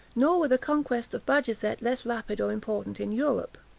nor were the conquests of bajazet less rapid or important in europe.